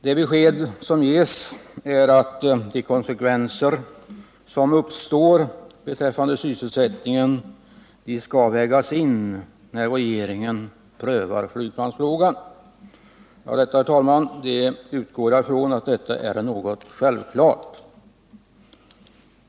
Det besked som ges är att de konsekvenser som uppstår beträffande sysselsättningen skall vägas in när regeringen prövar flygplansfrågan. Herr talman! Jag utgår ifrån att detta är någonting självklart.